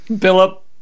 philip